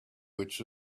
which